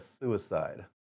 suicide